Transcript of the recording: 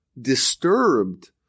disturbed